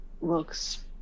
Looks